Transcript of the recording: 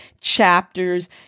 chapters